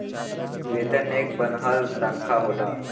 वेतन एक बन्हल तन्खा होला